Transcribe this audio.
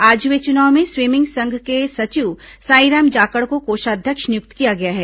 आज हुए चुनाव में स्वीमिंग संघ के सचिव सांईराम जाकड़ को कोषाध्यक्ष नियुक्त किया गया है